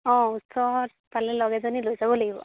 অঁ ওচৰত পালে লগ এজনী লৈ যাব লাগিব